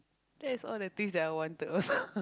that's all the things that I wanted also